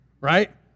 right